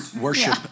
worship